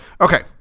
Okay